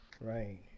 right